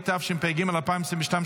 התשפ"ג 2022,